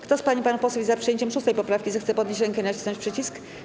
Kto z pań i panów posłów jest za przyjęciem 6. poprawki, zechce podnieść rękę i nacisnąć przycisk.